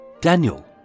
Daniel